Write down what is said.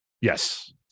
Yes